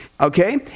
Okay